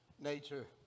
nature